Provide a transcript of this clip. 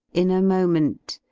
in a moment,